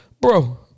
Bro